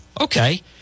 okay